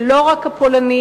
ולא רק הפולנים,